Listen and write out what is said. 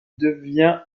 devient